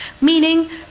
meaning